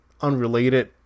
unrelated